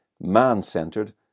man-centered